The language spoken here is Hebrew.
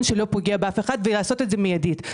שלא פוגע באף אחד ולעשות את זה מיידית.